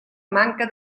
manca